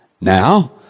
now